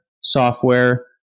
software